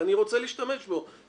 ואני רוצה להשתמש בו,